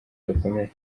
gakomeye